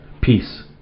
Peace